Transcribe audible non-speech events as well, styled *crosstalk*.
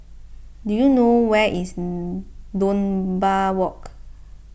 do you know where is *hesitation* Dunbar Walk